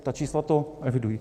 Ta čísla to evidují.